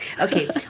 Okay